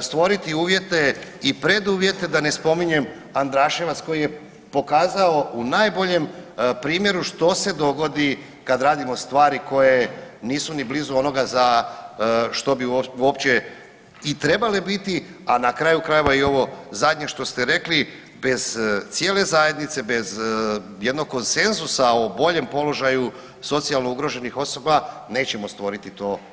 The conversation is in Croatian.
stvoriti uvjete i preduvjete da ne spominjem Andraševac koji je pokazao u najboljem primjeru što se dogodi kad radimo stvari koje nisu ni blizu onoga za što bi uopće i trebale biti, a na kraju krajeva i ovo zadnje što ste rekli bez cijele zajednice, bez jednog konsenzusa o boljem položaju socijalno ugroženih osoba nećemo stvoriti to bolje društvo.